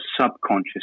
subconscious